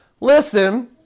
Listen